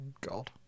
God